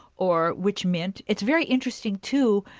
or which mint it's very interesting too,